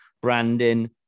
branding